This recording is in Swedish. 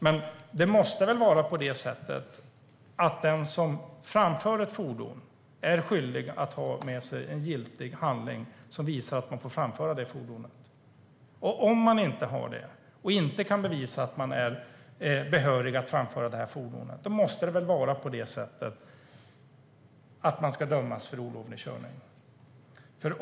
Men det måste väl vara så att den som framför ett fordon är skyldig att ha med sig en giltig handling som visar att man får framföra det fordonet. Om man inte har det och inte kan bevisa att man är behörig att framföra fordonet måste man väl dömas för olovlig körning.